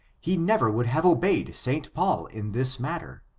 he never would have obeyed st. paul in this matter,